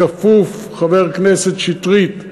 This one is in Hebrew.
בכפוף, חבר הכנסת שטרית,